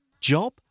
Job